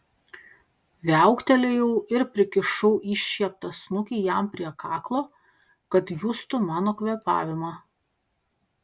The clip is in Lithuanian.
viauktelėjau ir prikišau iššieptą snukį jam prie kaklo kad justų mano kvėpavimą